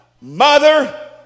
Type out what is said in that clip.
mother